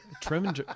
Trimming